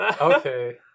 Okay